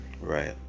right